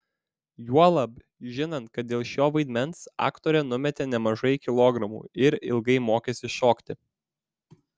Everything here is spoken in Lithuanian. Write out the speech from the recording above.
juolab žinant kad dėl šio vaidmens aktorė numetė nemažai kilogramų ir ilgai mokėsi šokti